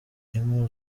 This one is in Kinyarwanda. impu